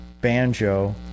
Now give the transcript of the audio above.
banjo